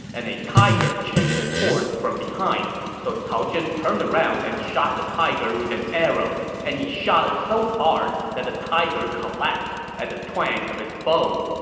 and tiger chased his horse from behind. so cao zhen turned around and shot the tiger with an arrow, and he shot it so hard that the tiger collapsed at the twang of his bow,